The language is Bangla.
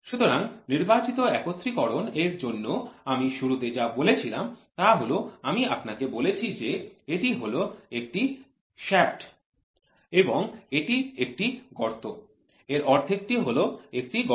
সুতরাং নির্বাচিত একত্রিতকরণ এর জন্য আমি শুরুতে যা বলেছিলাম তা হল আমি আপনাকে বলেছি যে এটি হল একটি শ্যাফ্ট এবং এটি একটি গর্ত এর অর্ধেক টি হল একটি গর্ত